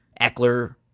Eckler